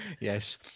Yes